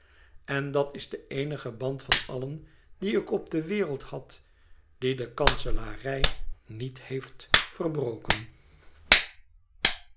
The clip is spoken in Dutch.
en dat is de eenige band van allen die ik op de wereld had dien de kanselarij niet heeft verbroken